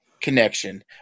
connection